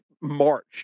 March